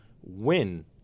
win